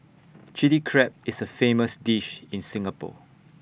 Chilli Crab is A famous dish in Singapore